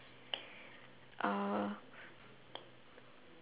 uh